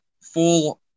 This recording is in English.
full